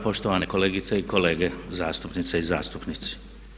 Poštovane kolegice i kolege zastupnice i zastupnici.